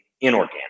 inorganic